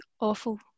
awful